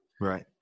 Right